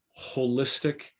holistic